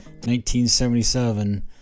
1977